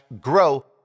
grow